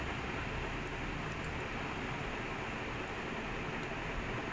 the entire women league they ronaldo sells more than them all combine so